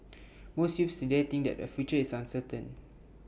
most youths today think that their future is uncertain